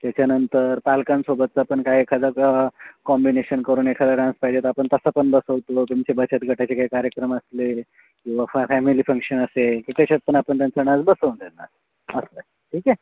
त्याच्यानंतर पालकांसोबतचं पण काय एखादा क कॉम्बिनेशन करून एखादा डान्स पाहिजे तर आपण तसा पण बसवतो तुमचे बचत गटाचे काही कार्यक्रम असले किंवा फार फॅमिली फंक्शन असेल की तशात पण आपण त्यांचा डान्स बसवून देणार असं आहे ठीक आहे